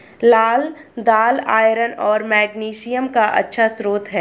लाल दालआयरन और मैग्नीशियम का अच्छा स्रोत है